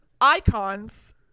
Icons